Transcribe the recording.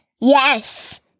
Yes